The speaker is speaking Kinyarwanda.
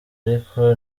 ariko